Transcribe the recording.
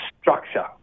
structure